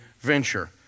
venture